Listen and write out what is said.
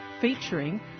featuring